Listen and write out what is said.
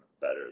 better